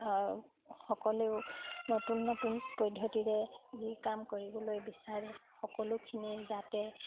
সকলেও নতুন নতুন পদ্ধতিৰে যি কাম কৰিবলৈ বিচাৰে সকলোখিনি যাতে